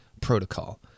protocol